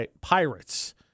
pirates